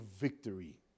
victory